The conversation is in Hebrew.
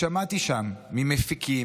שמעתי שם ממפיקים,